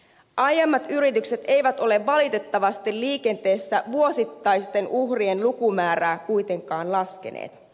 aiemmat yritykset eivät ole valitettavasti liikenteessä vuosittaisten uhrien lukumäärää kuitenkaan laskeneet